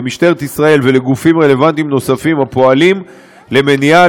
למשטרת ישראל ולגופים רלוונטיים נוספים הפועלים למניעה,